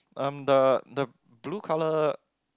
um the the blue colour